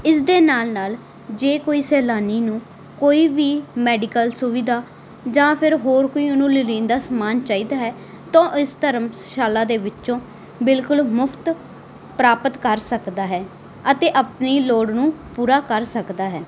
ਇਸਦੇ ਨਾਲ ਨਾਲ ਜੇ ਕੋਈ ਸੈਲਾਨੀ ਨੂੰ ਕੋਈ ਵੀ ਮੈਡੀਕਲ ਸੁਵਿਧਾ ਜਾਂ ਫੇਰ ਹੋਰ ਕੋਈ ਉਹਨੂੰ ਲੋੜੀਂਦਾ ਸਮਾਨ ਚਾਈਦਾ ਹੈ ਤਾਂ ਉਹ ਇਸ ਧਰਮਸ਼ਾਲਾ ਦੇ ਵਿੱਚੋਂ ਬਿਲਕੁਲ ਮੁਫ਼ਤ ਪ੍ਰਾਪਤ ਕਰ ਸਕਦਾ ਹੈ ਅਤੇ ਆਪਣੀ ਲੋੜ ਨੂੰ ਪੂਰਾ ਕਰ ਸਕਦਾ ਹੈ